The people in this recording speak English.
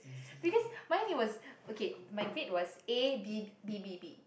because mine it was okay my grade was A B B B B